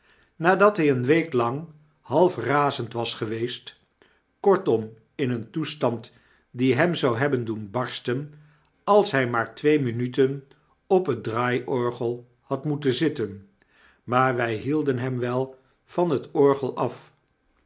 nadat by eene week lang half razend was geweest kortom in een toestand die hem zou hebben doen barsten als hy maar twee minuten op het draaiorgel hadmoetenzitten maar wij nielden hem wel van het orgel afkwam